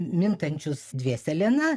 mintančius dvėselieną